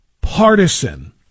partisan